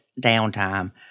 downtime